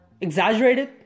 exaggerated